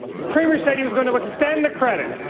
the premier said he was going to extend the credit.